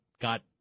got